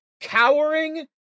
cowering